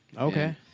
Okay